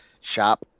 shop